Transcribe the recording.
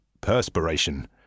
perspiration